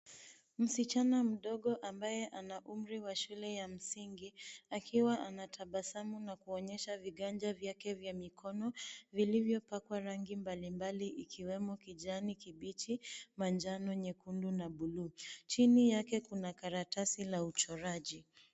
Msichana mdogo ambaye ana umri wa shule ya msingi, akiwa anatabasamu na kuonyesha viganja vyake vya mikono, vilivyopakwa rangi mbali mbali, ikiwemo kijani kibichi, manjano, nyekundu, na blue . Chini yake kuna karatasi la uchoraji.